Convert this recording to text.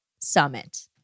Summit